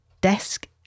desk